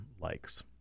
likes